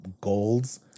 goals